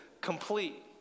complete